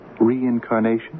reincarnation